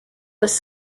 was